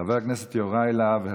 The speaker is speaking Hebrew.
חבר הכנסת יוראי להב הרצנו,